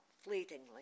fleetingly